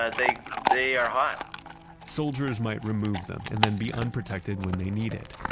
ah they they are hot soldiers might remove them, and then be unprotected when they need it.